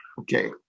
Okay